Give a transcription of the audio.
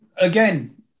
again